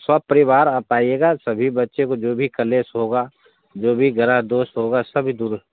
सपरिवार आप आइएगा सभी बच्चे को जो भी कलेश होगा जो भी ग्रह दोष होगा सभी दूर